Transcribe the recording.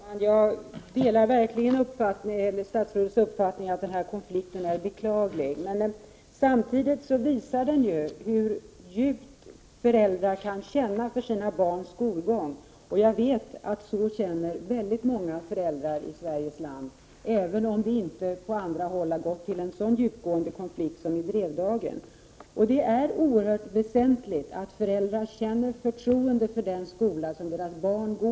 Herr talman! Jag delar verkligen statsrådets uppfattning att den här konflikten är beklaglig. Samtidigt visar den emellertid hur djupt föräldrar kan känna för sina barns skolgång. Jag vet att väldigt många föräldrar i Sveriges land känner så, även om det på andra håll inte har gått till en så djupgående konflikt som i Drevdagen. Det är oerhört väsentligt att föräldrar känner förtroende för den skola där deras barn går.